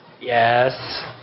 yes